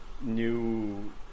new